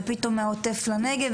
ופתאום מהעוטף לנגב,